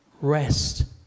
rest